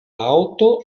aŭto